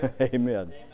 Amen